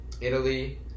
Italy